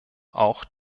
auch